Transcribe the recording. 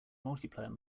multiplayer